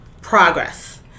progress